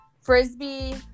Frisbee